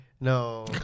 No